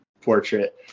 portrait